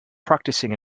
practicing